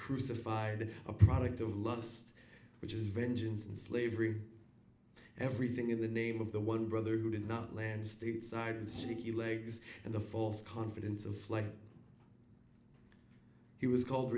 crucified a product of lust which is vengeance and slavery everything in the name of the one brother who did not land stateside the city he legs and the false confidence of flight he was called